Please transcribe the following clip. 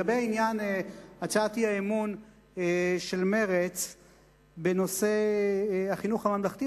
לגבי הצעת האי-אמון של מרצ בנושא החינוך הממלכתי,